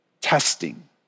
Testing